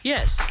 Yes